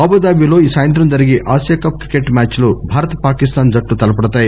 Abu Dhabi లో ఈ సాయంత్రం జరిగే ఆసియా కప్ క్రికెట్ మ్యాచ్ లో భారత్ పాకిస్తాన్ జట్లు తలపడతాయి